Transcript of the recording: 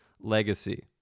Legacy